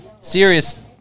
serious